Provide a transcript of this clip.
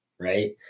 right